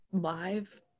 live